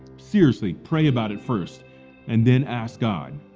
seriously pray about it first and then ask god.